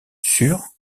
sur